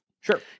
sure